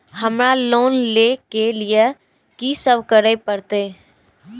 हमरा लोन ले के लिए की सब करे परते?